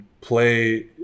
play